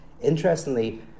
interestingly